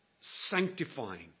sanctifying